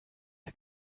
der